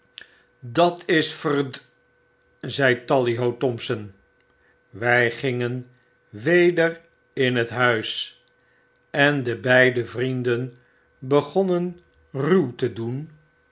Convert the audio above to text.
dat is verd d zei tally ho thompson jjwy gingen weder in het huis en de beide vrienden begonnen ruw te doen